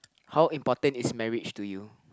how important is marriage to you